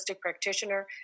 practitioner